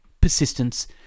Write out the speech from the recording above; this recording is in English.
Persistence